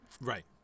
Right